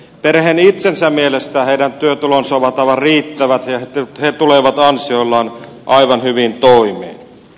perheen itsensä mielestä heidän työtulonsa ovat aivan riittävät ja he tulevat ansioillaan aivan hyvin toimeen